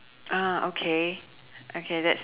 ah okay okay that's